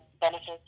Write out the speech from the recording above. benefits